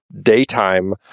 daytime